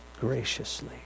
graciously